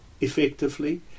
effectively